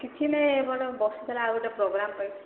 କିଛି ନାଇଁ ବସିଥିଲା ଆଉ ଗୋଟେ ପୋଗ୍ରାମ ପାଇଁ